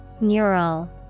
Neural